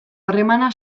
harremana